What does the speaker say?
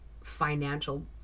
financial